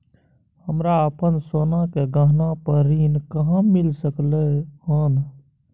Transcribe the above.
हमरा अपन सोना के गहना पर ऋण कहाॅं मिल सकलय हन?